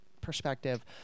perspective